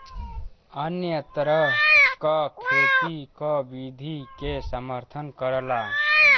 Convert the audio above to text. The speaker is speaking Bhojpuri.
अन्य तरह क खेती क विधि के समर्थन करला